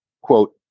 quote